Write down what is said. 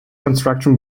construction